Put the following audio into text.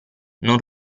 non